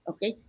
Okay